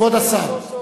כבוד השר.